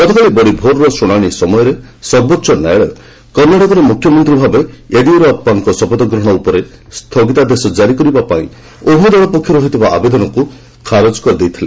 ଗତକାଲି ବଡ଼ିଭୋର୍ର ଶୁଣାଣି ସମୟରେ ସର୍ବୋଚ୍ଚ ନ୍ୟାୟାଳୟ କର୍ଣ୍ଣାଟକର ମୁଖ୍ୟମନ୍ତ୍ରୀ ଭାବେ ୟେଦୁରପ୍ପାଙ୍କ ଶପଥ ଗ୍ରହଣ ଉପରେ ସ୍ଥଗିତାଦେଶ ଜାରି କରିବା ପାଇଁ ଉଭୟ ଦଳ ପକ୍ଷରୁ ହୋଇଥିବା ଆବେଦନକୁ ଖାରଜ କରିଦେଇଥିଲେ